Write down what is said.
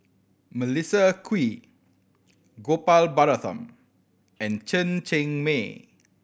Melissa Kwee Gopal Baratham and Chen Cheng Mei